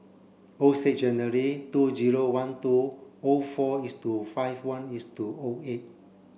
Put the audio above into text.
O six January two zero one two O four is to five one is to O eight